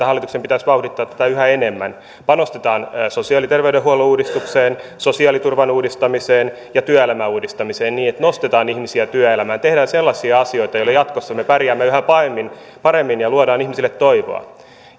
hallituksen pitäisi vauhdittaa tätä yhä enemmän panostetaan sosiaali ja terveydenhuollon uudistukseen sosiaaliturvan uudistamiseen ja työelämän uudistamiseen niin että nostetaan ihmisiä työelämään tehdään sellaisia asioita joilla jatkossa me pärjäämme yhä paremmin paremmin ja luodaan ihmisille toivoa